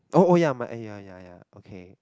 oh oh ya mine eh ya ya ya okay